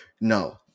no